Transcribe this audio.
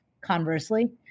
Conversely